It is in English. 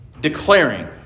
declaring